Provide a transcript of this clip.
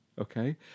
okay